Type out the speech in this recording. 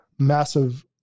massive